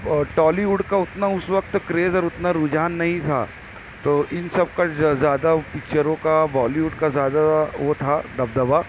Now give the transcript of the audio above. اور ٹالیووڈ کا اتنا اس وقت کریز اور اتنا رجحان نہیں تھا تو ان سب کا زیادہ پکچروں کا بالیووڈ کا زیادہ وہ تھا دبدبہ